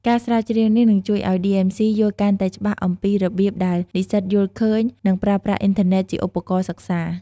ការស្រាវជ្រាវនេះនឹងជួយឱ្យ ឌីអឹមស៊ី (DMC) យល់កាន់តែច្បាស់អំពីរបៀបដែលនិស្សិតយល់ឃើញ និងប្រើប្រាស់អ៊ីនធឺណិតជាឧបករណ៍សិក្សា។